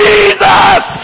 Jesus